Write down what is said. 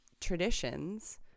traditions